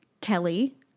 Kelly